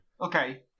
Okay